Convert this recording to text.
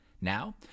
Now